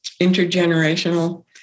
intergenerational